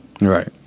Right